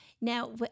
Now